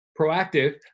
proactive